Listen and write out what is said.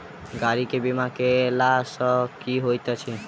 गाड़ी केँ बीमा कैला सँ की होइत अछि?